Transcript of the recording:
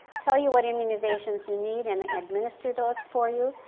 tell you what immunizations you need and administer those for you.